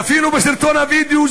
צפינו בסרטון הווידיאו,